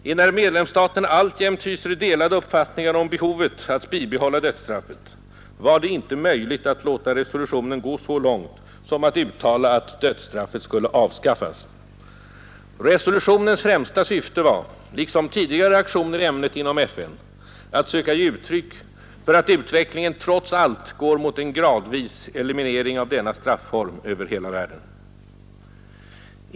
Enär medlemsstaterna alltjämt hyser delade uppfattningar om behovet att behålla dödsstraffet, var det inte möjligt att låta resolutionen gå så långt som att uttala att dödsstraffet skulle avskaffas. Resolutionens främsta syfte var, liksom tidigare aktioner i ämnet inom FN, att söka ge uttryck för att utvecklingen trots allt går mot en gradvis eliminering av denna strafform över hela världen.